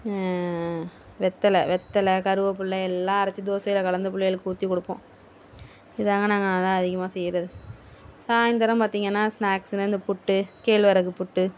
வெற்றல வெற்றல கருவப்பில எல்லா அரைச்சி தோசையில் கலந்து பிள்ளைகளுக்கு ஊற்றி கொடுப்போம் இதுதான் நாங்கள் அதிகமாக செய்கிறது சாய்ந்திரம் பார்த்திங்கன்னா ஸ்னாக்ஸ் இந்த புட்டு கேழ்வரகு புட்டு